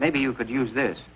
maybe you could use this